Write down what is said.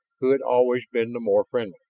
who had always been the more friendly.